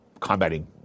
combating